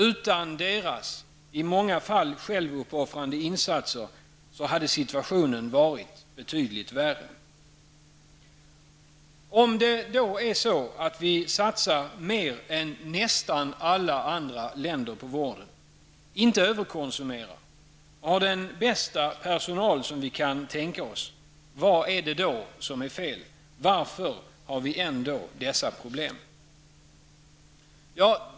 Utan personalens i många fall självuppoffrande insatser hade situationen varit betydligt värre. Om det då är så, att vi satsar mer än nästan alla andra länder på vården, inte överkonsumerar och har den bästa personal vi kan tänka oss, vad är det då som är fel? Varför har vi ändå dessa problem?